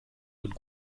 und